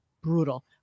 brutal